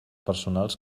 personals